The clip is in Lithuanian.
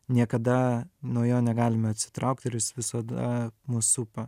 niekada nuo jo negalime atsitraukt ir jis visada mus supa